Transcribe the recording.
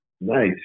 nice